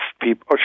people